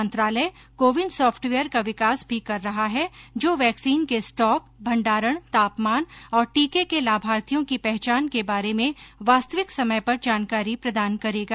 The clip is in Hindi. मंत्रालय को विन सॉफ्टवेयर का विकास भी कर रहा है जो वैक्सीन के स्टॉक भंडारण तापमान और टीके के लाभार्थियों की पहचान के बारे में वास्तविक समय पर जानकारी प्रदान करेगा